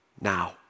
now